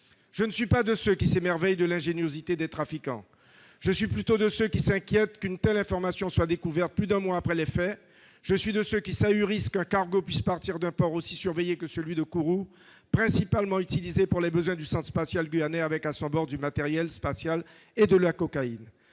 Je ne suis pas de ceux qui s'émerveillent de l'ingéniosité des trafiquants. Je suis plutôt de ceux qui s'inquiètent qu'une telle information soit découverte plus d'un mois après les faits. Je suis de ceux qui sont ahuris par le fait qu'un cargo puisse quitter un port aussi surveillé que celui de Kourou, principalement utilisé pour les besoins du Centre spatial guyanais, avec à son bord du matériel spatial et de la cocaïne